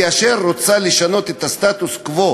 כאשר היא רוצה לשנות את הסטטוס-קוו